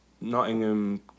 Nottingham